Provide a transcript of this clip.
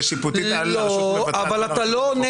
ושיפוטית על רשות מבצעת?